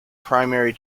primary